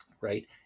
right